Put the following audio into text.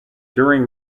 during